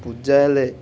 ପୂଜା ହେଲେ